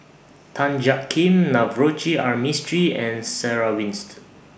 Tan Jiak Kim Navroji R Mistri and Sarah Winstedt